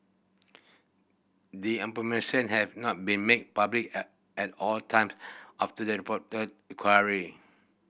the information had not been made public at at all time of the reporter query